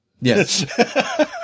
Yes